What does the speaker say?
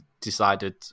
decided